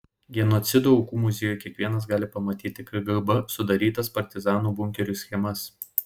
genocido aukų muziejuje kiekvienas gali pamatyti kgb sudarytas partizanų bunkerių schemas